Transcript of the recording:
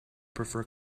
prefer